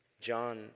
John